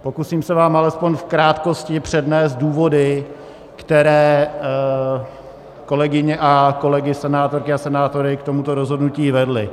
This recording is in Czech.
Pokusím se vám alespoň v krátkosti přednést důvody, které kolegyně a kolegy senátorky a senátory k tomuto rozhodnutí vedly.